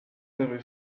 very